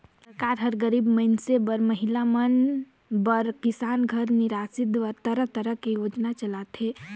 सरकार हर गरीब मइनसे बर, महिला मन बर, किसान घर निरासित बर तरह तरह के योजना चलाथे